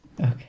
Okay